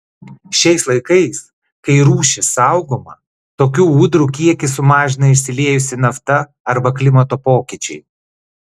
šiais laikais kai rūšis saugoma tokių ūdrų kiekį sumažina išsiliejusi nafta arba klimato pokyčiai